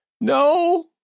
No